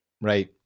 Right